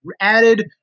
added